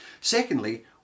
Secondly